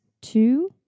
Two